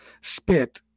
spit